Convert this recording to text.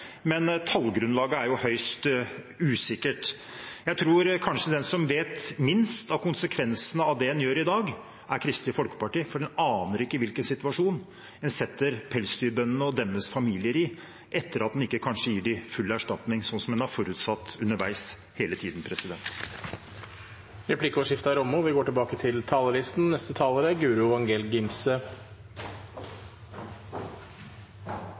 men tallgrunnlaget er høyst usikkert. Jeg tror kanskje at de som vet minst om konsekvensene av det en gjør i dag, er Kristelig Folkeparti, for en aner ikke hvilken situasjon en setter pelsdyrbøndene og deres familier i hvis en ikke gir dem full erstatning, som en har forutsatt hele tiden underveis. Replikkordskiftet er omme. Jeg fant fram innlegget mitt fra februar i fjor. Det begynte med at dette er